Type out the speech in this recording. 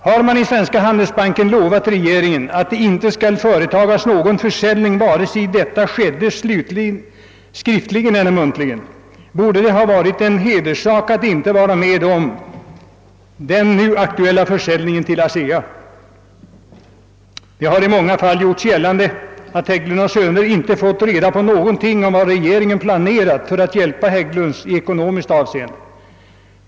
Har banken lovat regeringen att ingen försäljning skall ske, vare sig löftet gavs skriftligen eller muntligen, så borde det ha varit en hederssak att inte vara med om den nu aktuella försäljningen till ASEA. Det har på sina håll gjorts gällande, att Hägglund & Söner inte fått reda på någonting om vad regeringen planerat för att hjälpa Hägglunds ekonomiskt.